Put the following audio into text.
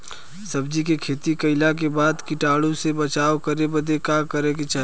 सब्जी के खेती कइला के बाद कीटाणु से बचाव करे बदे का करे के चाही?